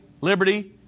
liberty